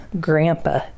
grandpa